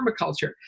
permaculture